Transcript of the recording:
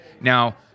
Now